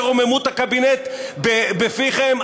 שרוממות הקבינט בפיכם,